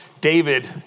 David